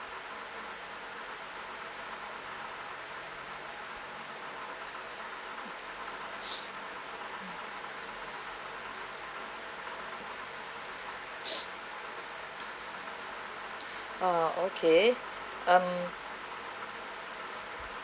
uh okay um